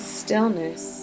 stillness